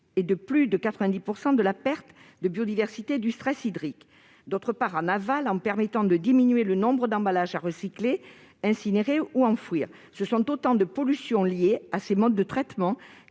et de plus de 90 % de la perte de biodiversité et du stress hydrique. En aval, il permet de diminuer le nombre d'emballages à recycler, à incinérer ou à enfouir. Ce sont autant de pollutions liées à ces modes de traitement